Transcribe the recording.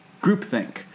groupthink